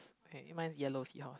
okay mine is yellow seahorse